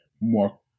more